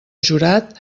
jurat